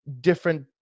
different